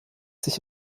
sich